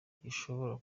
gishobora